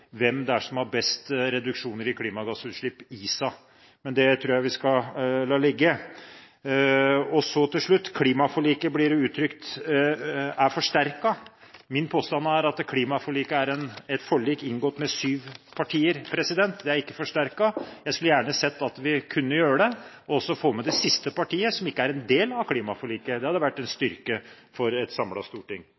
som har best reduksjoner i klimagassutslipp i seg. Men det tror jeg vi skal la ligge. Så til slutt: Det blir uttrykt at klimaforliket er forsterket. Min påstand er at klimaforliket er et forlik inngått med syv partier. Det er ikke forsterket. Jeg skulle gjerne sett at vi kunne forsterke det, og også få med det siste partiet som ikke er en del av klimaforliket. Det hadde vært en